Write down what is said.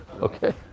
Okay